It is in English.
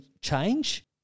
change